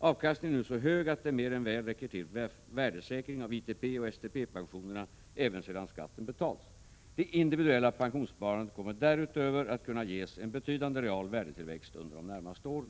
Avkastningen är nu så hög att den mer än väl räcker till förmögenheter värdesäkring av ITP och STP-pensionerna även sedan skatten betalats. Det individuella pensionssparandet kommer därutöver att kunna ges en betydande real värdetillväxt under de närmaste åren.